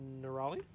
Nerali